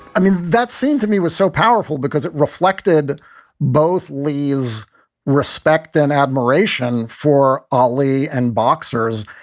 i mean, that seemed to me was so powerful because it reflected both lee's respect and admiration for ah lee and boxers.